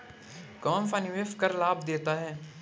कौनसा निवेश कर लाभ देता है?